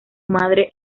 madre